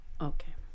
Okay